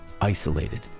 isolated